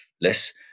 less